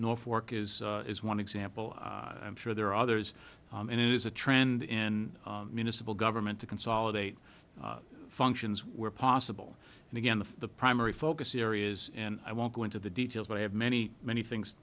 norfork is is one example i'm sure there are others and it is a trend in municipal government to consolidate functions where possible and again the primary focus areas and i won't go into the details but i have many many things